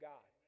God